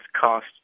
cost